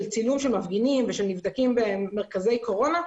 צילום של מפגינים ושל נבדקים במרכזי קורונה.